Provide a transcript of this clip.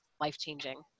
life-changing